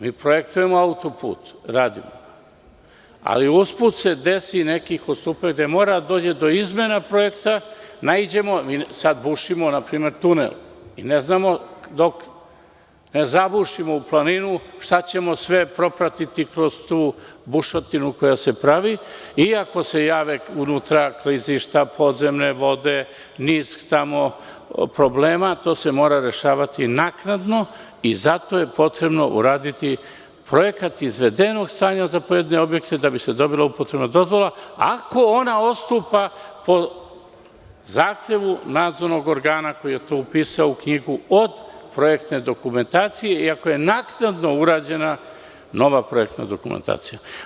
Mi projektujemo autoput, radimo, ali usput se desi nekih ustupaka gde mora da dođe do izmene projekta, na primer sada bušimo tunel i dok ne zabušimo u planinu ne znamo šta ćemo sve propratiti kroz tu bušotinu koja se pravi, i ako se jave unutra klizišta, podzemne vode, niz problema, to se mora rešavati naknadno i zato je potrebno uraditi projekat izvedenog stanja za pojedine objekte, da bi se dobila upotrebna dozvola, ako ona odstupa po zahtevu nadzornog organa koji je to upisao u knjigu od projektne dokumentacije i ako je naknadno urađena nova projekta dokumentacija.